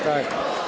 Tak.